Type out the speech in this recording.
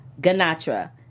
Ganatra